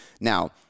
Now –